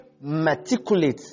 meticulous